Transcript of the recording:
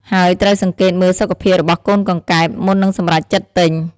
ហើយត្រូវសង្កេតមើលសុខភាពរបស់កូនកង្កែប មុននឹងសម្រេចចិត្តទិញ។